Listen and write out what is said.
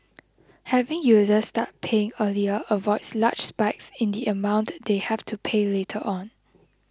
having users start paying earlier avoids large spikes in the amount they have to pay later on